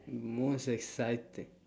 most exciting